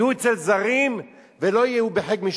יהיו אצל זרים ולא יהיו בחיק משפחתם.